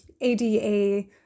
ADA